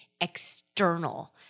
external